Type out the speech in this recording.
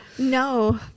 No